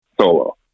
solo